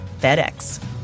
FedEx